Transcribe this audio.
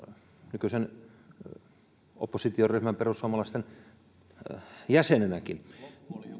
nykyisen oppositioryhmän perussuomalaisten jäsenenäkin